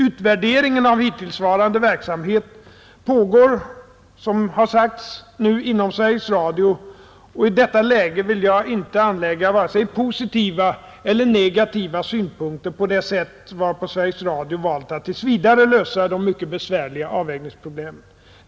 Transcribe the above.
Utvärderingen av hittillsvarande verksamhet pågår nu, som det har sagts, inom Sveriges Radio, och i detta läge vill jag inte anlägga vare sig positiva eller negativa synpunkter på det sätt varpå Sveriges Radio valt att tills vidare lösa de besvärliga avvägningsproblemen.